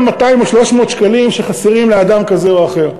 200 או 300 שקלים שחסרים לאדם כזה או אחר.